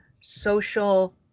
social